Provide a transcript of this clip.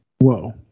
whoa